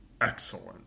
excellent